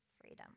freedom